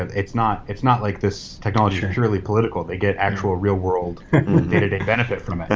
and it's not it's not like this technology is surely political, they get actual real world day-to-day benefit from it.